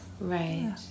Right